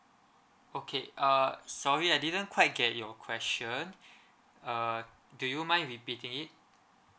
okay uh sorry I didn't quite get your question uh do you mind repeating it